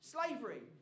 Slavery